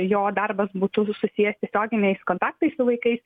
jo darbas būtų susijęs tiesioginiais kontaktais su vaikais